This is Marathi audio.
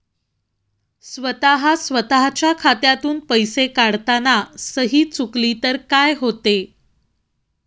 स्वतः स्वतःच्या खात्यातून पैसे काढताना सही चुकली तर काय होते?